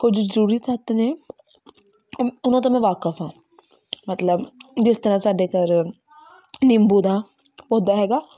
ਕੁਝ ਜ਼ਰੂਰੀ ਤੱਤ ਨੇ ਉਹਨ ਉਹਨਾਂ ਤੋਂ ਮੈਂ ਵਾਕਫ਼ ਹਾਂ ਮਤਲਬ ਜਿਸ ਤਰ੍ਹਾਂ ਸਾਡੇ ਘਰ ਨਿੰਬੂ ਦਾ ਪੌਦਾ ਹੈਗਾ